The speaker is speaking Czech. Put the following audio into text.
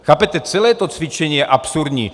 Chápete, celé to cvičení je absurdní.